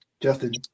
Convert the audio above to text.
Justin